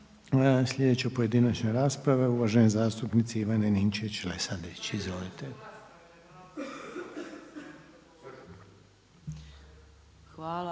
Sljedeća pojedinačna rasprava je uvažene zastupnice Ivane Ninčević-Lesandrić.